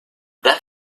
that